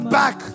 back